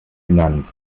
genannt